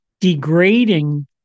degrading